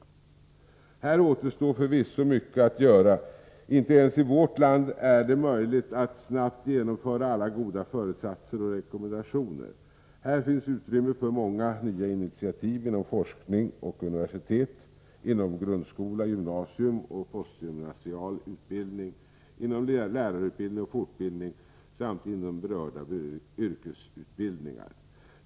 Här återstår förvisso mycket att göra. Inte ens i vårt land är det möjligt att snabbt genomföra alla goda föresatser och rekommendationer. Här finns utrymme för många nya initiativ inom forskning och universitet, inom grundskola, gymnasium och postgymnasial utbildning, inom lärarutbildning och fortbildning samt inom berörda yrkesutbildningar.